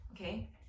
Okay